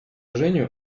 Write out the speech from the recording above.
женю